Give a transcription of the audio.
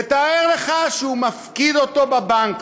ותאר לך שהוא מפקיד אותו בבנק,